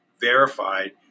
verified